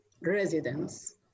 residents